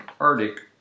Arctic